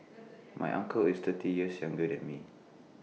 my uncle is thirty years younger than me